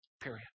period